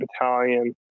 battalion